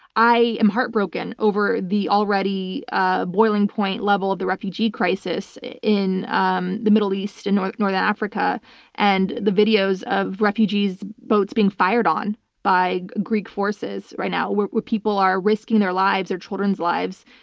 i am heartbroken over the already ah boiling point level of the refugee crisis in um the middle east and northern northern africa and the videos of refugee boats being fired on by greek forces right now. where where people are risking their lives, their children's lives,